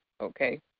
Okay